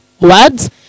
words